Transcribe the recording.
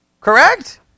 correct